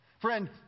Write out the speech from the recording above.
Friend